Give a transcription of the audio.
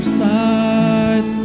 side